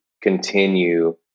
continue